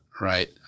Right